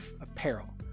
apparel